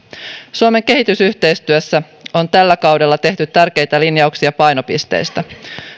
suomen kehitysyhteistyössä on tällä kaudella tehty tärkeitä linjauksia painopisteistä